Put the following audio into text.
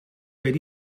weet